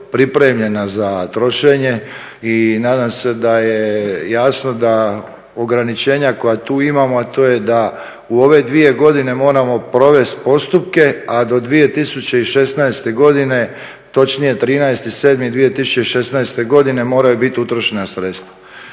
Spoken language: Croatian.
pripremljena za trošenje i nadam se da je jasno da ograničenja koja tu imamo, a to je da u ove dvije godine moramo provesti postupke, a do 2016. godine, točnije 13.07.2016. godine moraju biti utrošena sredstva.